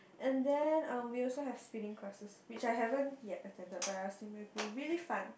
and then uh we also have spinning classes which I haven't yet attended but I'm assuming it will be really fun